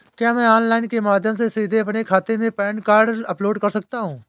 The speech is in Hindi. क्या मैं ऑनलाइन के माध्यम से सीधे अपने खाते में पैन कार्ड अपलोड कर सकता हूँ?